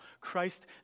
Christ